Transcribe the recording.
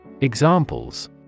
Examples